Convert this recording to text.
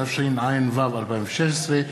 התשע"ו 2016,